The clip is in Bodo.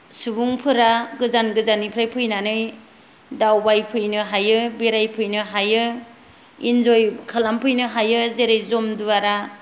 सुबुंफोरा गोजान गोजाननिफ्राय फैनानै दावबायफैनो हायो बेरायफैनो हायो इन्जय खालामफैनो हायो जेरै जमदुवारा